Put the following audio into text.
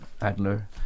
Adler